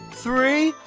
three.